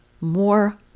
more